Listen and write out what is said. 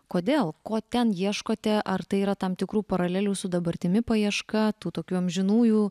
kodėl ko ten ieškote ar tai yra tam tikrų paralelių su dabartimi paieška tų tokių amžinųjų